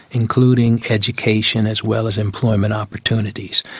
including education as well as employment opportunities.